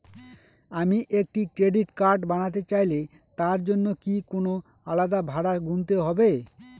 আমি একটি credit card বানাতে চাইলে তার জন্য কি কোনো আলাদা ভাড়া গুনতে হবে?